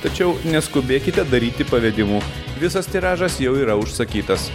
tačiau neskubėkite daryti pavedimų visas tiražas jau yra užsakytas